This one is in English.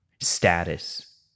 status